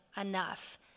enough